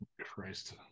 Christ